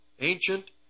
ancient